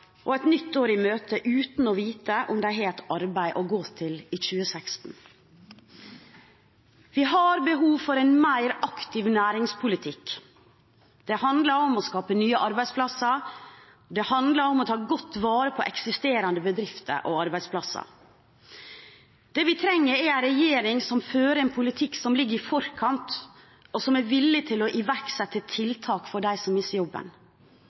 og et nytt år i møte uten å vite om de fortsatt har et arbeid å gå til i 2016. Vi har behov for en mer aktiv næringspolitikk. Det handler om å skape nye arbeidsplasser og om å ta godt vare på eksisterende bedrifter og arbeidsplasser. Det vi trenger, er en regjering som fører en politikk som ligger i forkant, og som er villig til å iverksette tiltak for dem som mister jobben.